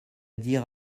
dire